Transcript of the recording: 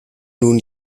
nun